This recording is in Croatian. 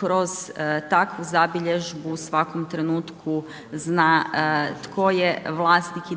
kroz takvu zabilježbu u svakom trenutku zna tko je vlasnik i